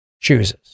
chooses